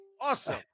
Awesome